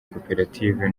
koperative